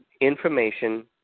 information